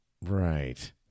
right